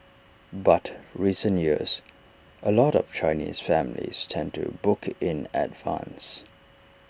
but recent years A lot of Chinese families tend to book in advance